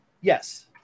yes